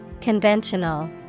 Conventional